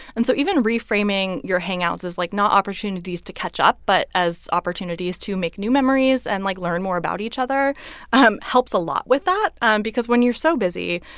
and so even reframing your hangouts is, like, not opportunities to catch up but as opportunities to make new memories and, like, learn more about each other um helps a lot with that um because when you're so busy,